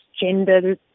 gender